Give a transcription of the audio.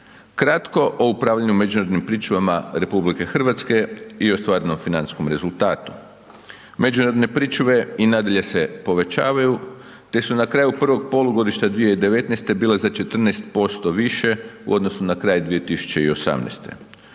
Kratko o upravljanju međunarodnim pričuvama RH i ostvarenom financijskom rezultatu, međunarodne pričuve i nadalje se povećavaju, te su na kraju prvog polugodišta 2019. bile za 14% više u odnosu na kraj 2018.,